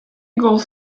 goals